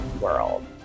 world